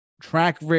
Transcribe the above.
track